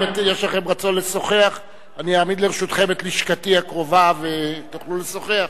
אם יש לכם רצון לשוחח אני אעמיד לרשותכם את לשכתי הקרובה ותוכלו לשוחח.